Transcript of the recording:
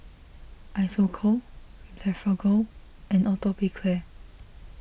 Isocal Blephagel and Atopiclair